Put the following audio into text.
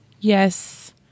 Yes